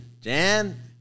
Jan